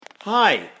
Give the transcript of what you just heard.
Hi